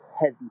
heavy